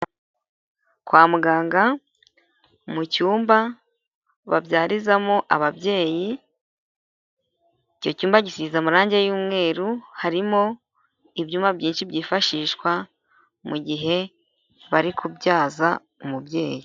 Kwa muganga mu cyumba babyarizamo ababyeyi, icyo cyumba gisize amarange y'umweru harimo ibyuma byinshi byifashishwa mu gihe bari kubyaza umubyeyi.